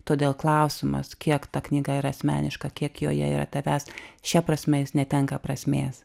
todėl klausimas kiek ta knyga yra asmeniška kiek joje yra tavęs šia prasme jis netenka prasmės